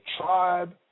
tribe